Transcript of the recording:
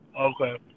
Okay